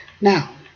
Now